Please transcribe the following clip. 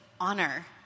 honor